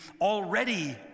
already